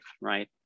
right